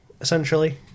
essentially